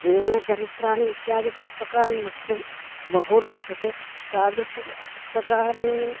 जीवनचरित्राणि इत्यादि पुस्तकानि मह्यं बहु रोचते तादृशं पुस्तकानि